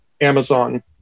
Amazon